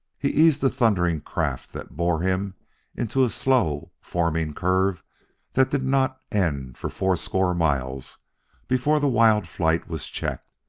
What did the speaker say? he eased the thundering craft that bore him into a slow-forming curve that did not end for fourscore miles before the wild flight was checked.